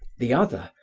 the other,